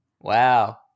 wow